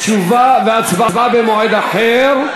תשובה והצבעה במועד אחר.